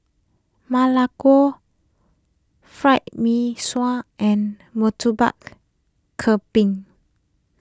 Ma Lai Gao Fried Mee Sua and Murtabak Kambing